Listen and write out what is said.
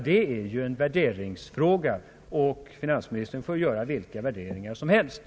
Det är ju en värderingsfråga, och finansministern får göra vilka värderingar som helst.